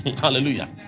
Hallelujah